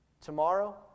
tomorrow